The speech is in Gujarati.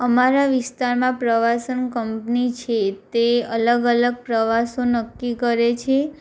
અમારા વિસ્તારમાં પ્રવાસન કંપની છે તે અલગ અલગ પ્રવાસો નક્કી કરે છે